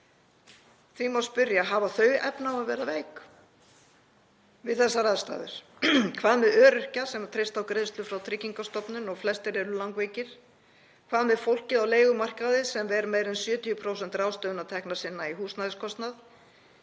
Því má spyrja: Hafa þau efni á að verða veik við þessar aðstæður? Hvað með öryrkja sem treysta á greiðslur frá Tryggingastofnun og flestir eru langveikir? Hvað með fólkið á leigumarkaði sem ver meira en 70% ráðstöfunartekna sinna í húsnæðiskostnað,